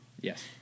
Yes